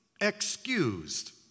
excused